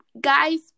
guys